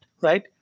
Right